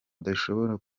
adashobora